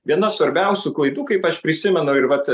viena svarbiausių klaidų kaip aš prisimenu ir vat